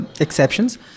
exceptions